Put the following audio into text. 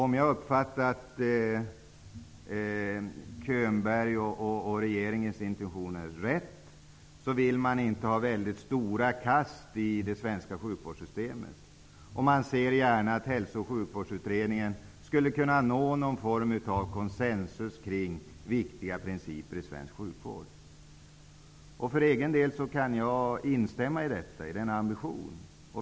Om jag har uppfattat Bo Könbergs och regeringens intentioner rätt så vill man inte ha stora kast i det svenska sjukvårdssystemet, och man ser gärna att Hälso och sjukvårdsutredningen skulle kunna nå någon form av konsensus om viktiga principer i svensk sjukvård. För egen del kan jag instämma i denna ambition.